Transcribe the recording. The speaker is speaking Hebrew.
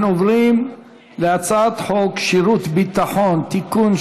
אנחנו עוברים להצעת חוק שירות ביטחון (תיקון,